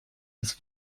des